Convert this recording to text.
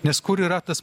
nes kur yra tas